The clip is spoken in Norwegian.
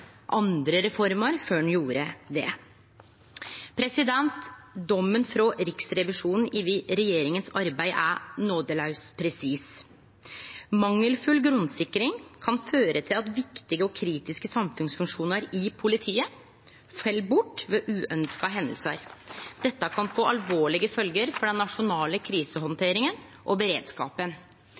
andre reformer før ein gjorde det. Dommen frå Riksrevisjonen over regjeringas arbeid er nådelaust presis: «Mangelfull grunnsikring kan føre til at viktige og kritiske samfunnsfunksjoner i politiet faller bort ved uønskede hendelser. Dette kan få alvorlige følger for den nasjonale krisehåndteringen og beredskapen».